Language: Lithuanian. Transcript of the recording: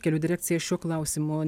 kelių direkcija šiuo klausimu